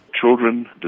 Children